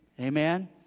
Amen